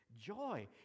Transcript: joy